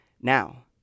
Now